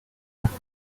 carey